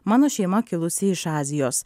mano šeima kilusi iš azijos